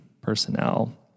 personnel